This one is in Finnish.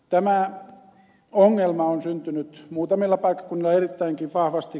tämä ongelma on syntynyt muutamilla paikkakunnilla erittäinkin vahvasti